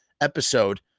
episode